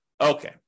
Okay